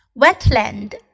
Wetland